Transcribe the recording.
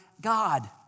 God